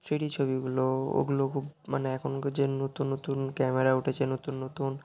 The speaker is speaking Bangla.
থ্রিডি ছবিগুলো ওগুলো খুব মানে এখনকার যে নতুন নতুন ক্যামেরা উঠেছে নতুন নতুন